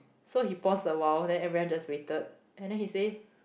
so he paused a while then everyone just waited and then he said